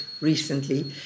recently